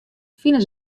fine